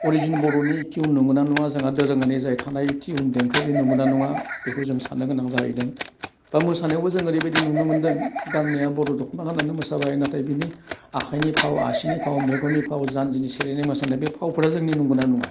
origin बर'नि थिउन नंगौना नङा जोङा दोरोङारि जाय थानाय थिउन देंखो बे नोंगौना नङा बेखौ जों सान्नो गोनां जाहैदों बा मोसानायावबो जों ओरैबायदि नुनो मोनदों गान्नाया बर' दख्ना गान्नानै मोसाबाय नाथाइ बिनि आखाइनि फाव आसिनि फाव मेगननि फाव जानजिनि सेरेरे मोसानाय बे फावफोरा जोंनि नंगौना नङा